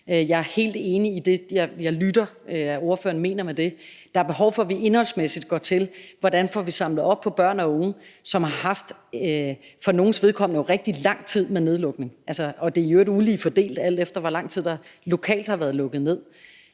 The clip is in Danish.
Jeg er helt enig i det, jeg lytter mig til ordføreren mener med det. Der er behov for, at vi indholdsmæssigt går til, hvordan vi får samlet op på børn og unge, som for nogles vedkommende jo har haf rigtig lang tid med nedlukning. Det er i øvrigt ulige fordelt, alt efter hvor lang tid der lokalt har været lukket ned.